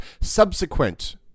subsequent